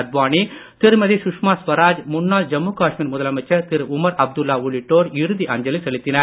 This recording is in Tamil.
அத்வானி திருமதி சுஷ்மா சுவராஜ் முன்னாள் ஜம்மு காஷ்மீர் முதலமைச்சர் திரு உமர் அப்துல்லா உள்ளிட்டோர் இறுதி மரியாதை செலுத்தினர்